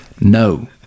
no